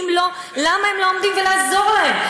אם לא, למה הם לא עומדים, לעזור להם.